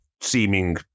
seeming